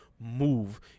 move